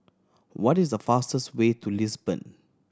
what is the fastest way to Lisbon